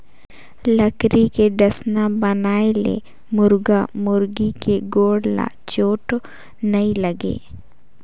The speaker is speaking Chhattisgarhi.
लकरी के डसना बनाए ले मुरगा मुरगी के गोड़ ल चोट नइ लागे